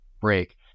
break